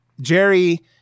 Jerry